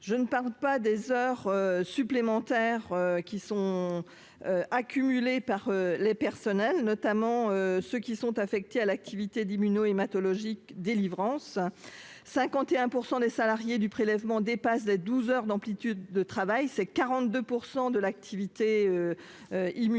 je ne parle pas des heures supplémentaires qui sont accumulées par les personnels, notamment ceux qui sont affectés à l'activité d'immuno-hématologiques délivrance 51 pour 100 des salariés du prélèvement dépasse les 12 heures d'amplitude de travail c'est 42 % de l'activité immuno-